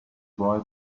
boy